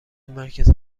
مرکز